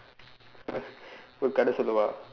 ஒரு கதை சொல்லவா:oru kathai sollavaa